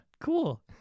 Cool